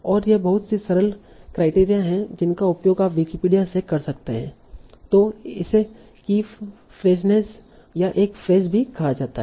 और यह बहुत ही सरल क्राइटेरिया है जिसका उपयोग आप विकिपीडिया से कर सकते हैं तो इसे कीफ्रेजनेस या एक फ्रेज भी कहा जाता है